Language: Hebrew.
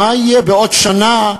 מה יהיה בעוד שנה,